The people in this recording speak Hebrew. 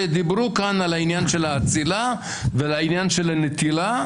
ודיברו כאן על העניין של האצילה ועל העניין של הנטילה,